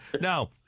Now